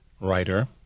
writer